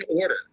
order